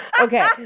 Okay